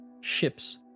ships